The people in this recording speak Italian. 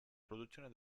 produzione